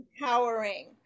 empowering